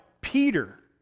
Peter